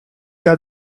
out